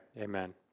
amen